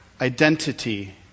Identity